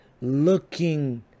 looking